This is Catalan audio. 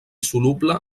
soluble